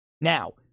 Now